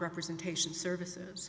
representation services